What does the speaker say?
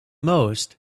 most